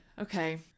Okay